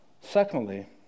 Secondly